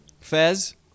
Fez